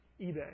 eBay